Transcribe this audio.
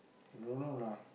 I don't know lah